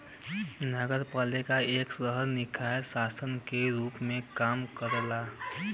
नगरपालिका एक शहरी निकाय शासन के रूप में काम करला